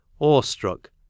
awestruck